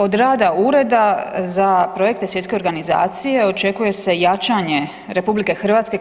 Od rada Ureda za projekte Svjetske organizacije očekuje se jačanje RH